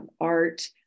art